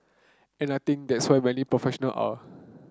and I think that's where many professional are